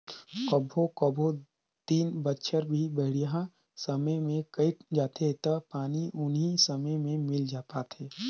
कभों कभों तीन बच्छर भी बड़िहा समय मे कइट जाथें त पानी उनी समे मे मिल पाथे